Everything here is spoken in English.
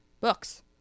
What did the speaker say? books